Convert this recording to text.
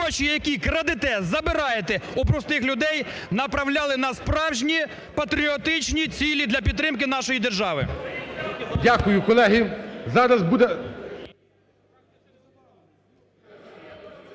гроші, які крадете, забираєте у простих людей, направляли на справжні патріотичні цілі для підтримки нашої держави. ГОЛОВУЮЧИЙ.